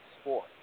sport